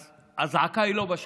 אז הזעקה היא לא בשמיים,